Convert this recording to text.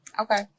Okay